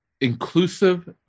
Inclusive